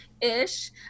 ish